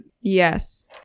Yes